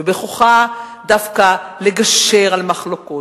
ובכוחה דווקא לגשר על מחלוקות,